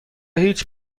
هیچ